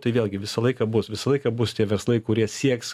tai vėlgi visą laiką bus visą laiką bus tie verslai kurie sieks